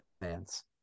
fans